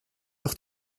auch